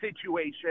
situation